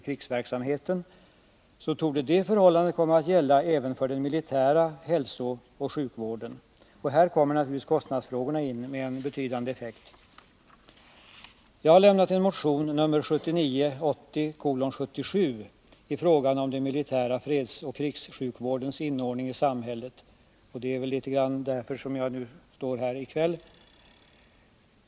krigsverksamheten, torde det förhållandet komma att gälla även för den militära hälsooch sjukvården. Här kommer naturligtvis kostnadsfrågan in med en betydande effekt. Jag har lämnat en motion, nr 1979/80:77, i frågan om den militära fredsoch krigssjukvårdens inordning i samhället, och det är väl därför som jag nu står här i kväll.